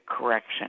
correction